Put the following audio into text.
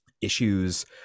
issues